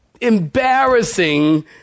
embarrassing